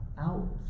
out